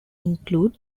include